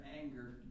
anger